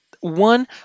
one